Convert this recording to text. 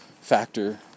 factor